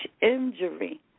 injury